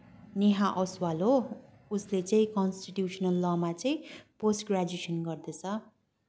नेहा ओसवाल हो उसले चाहिँ कन्स्टिट्युसनल लमा चाहिँ पोस्ट ग्रेजुएसन गर्दैछ